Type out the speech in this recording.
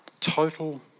total